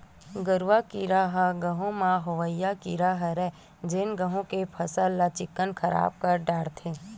गरुआ कीरा ह गहूँ म होवइया कीरा हरय जेन गेहू के फसल ल चिक्कन खराब कर डरथे